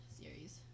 series